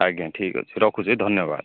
ଆଜ୍ଞା ଠିକ୍ ଅଛି ରଖୁଛି ଧନ୍ୟବାଦ